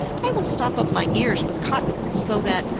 i will stop up my ears with cotton, so that,